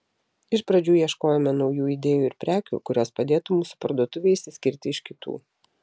iš pradžių ieškojome naujų idėjų ir prekių kurios padėtų mūsų parduotuvei išsiskirti iš kitų